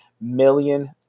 million